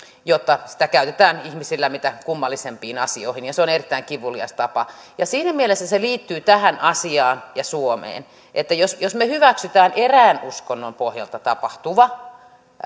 ja sitä käytetään ihmisillä mitä kummallisempiin asioihin ja se on erittäin kivulias tapa siinä mielessä se liittyy tähän asiaan ja suomeen että jos jos me hyväksymme erään uskonnon pohjalta tapahtuvan